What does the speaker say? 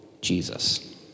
Jesus